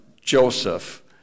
Joseph